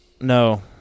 No